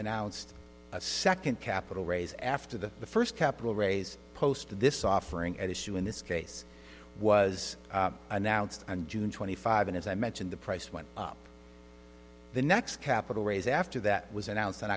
announced a second capital raise after the first capital raise post this offering at issue in this case was announced on june twenty five and as i mentioned the price went up the next capital raise after that was announced